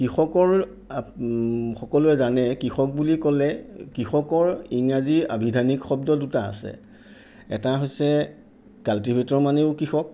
কৃষকৰ সকলোৱে জানে কৃষক বুলি ক'লে কৃষকৰ ইংৰাজী আভিধানিক শব্দ দুটা আছে এটা হৈছে কাল্টিভেটৰ মানেও কৃষক